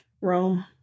Rome